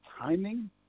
timing